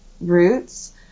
roots